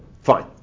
Fine